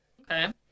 Okay